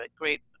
great